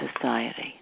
society